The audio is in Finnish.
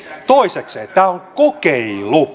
toisekseen tämä on kokeilu